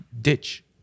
ditch